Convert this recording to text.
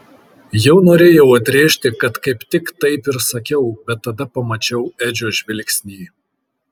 jau norėjau atrėžti kad kaip tik taip ir sakiau bet tada pamačiau edžio žvilgsnį